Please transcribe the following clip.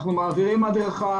אנחנו מעבירים הדרכה.